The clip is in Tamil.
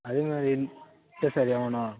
அது மாதிரி இல்லை சார் எவனும்